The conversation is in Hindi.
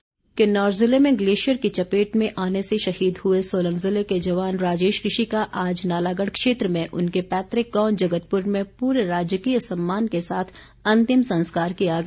शहीद किन्नौर जिले में ग्लेशियर की चपेट में आने से शहीद हुए सोलन जिले के जवान राजेश ऋषि का आज नालागढ़ क्षेत्र में उनके पैतृक गांव जगतपुर में पूरे राजकीय सम्मान के साथ अंतिम संस्कार किया गया